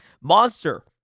monster